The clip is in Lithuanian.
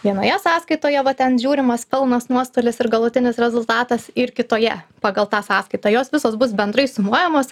vienoje sąskaitoje va ten žiūrimas pelnas nuostolis ir galutinis rezultatas ir kitoje pagal tą sąskaitą jos visos bus bendrai sumuojamos